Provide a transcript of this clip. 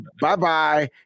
Bye-bye